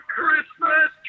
Christmas